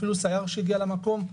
אפילו סייר שהגיע למקום.